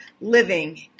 living